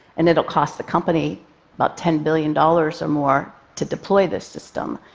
and it'll cost the company about ten billion dollars or more to deploy this system.